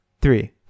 three